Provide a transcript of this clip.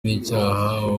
n’icyaha